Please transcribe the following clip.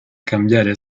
cambiare